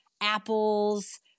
apples